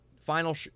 Final